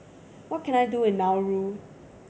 what can I do in Nauru